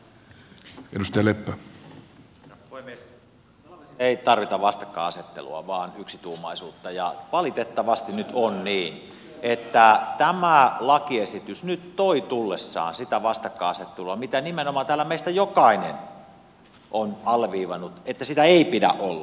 kalavesi ei tarvitse vastakkainasettelua vaan yksituumaisuutta ja valitettavasti nyt on niin että tämä lakiesitys toi tullessaan sitä vastakkainasettelua mistä nimenomaan täällä meistä jokainen on alleviivannut että sitä ei pidä olla